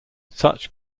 such